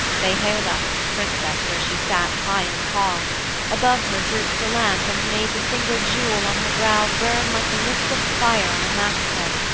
they haled us to the princess where she sat high in the hall above her drooped a lamp, and made the single jewel on her brow burn like the mystic fire on a mast-head,